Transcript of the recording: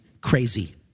crazy